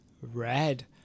red